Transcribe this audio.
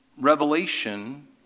Revelation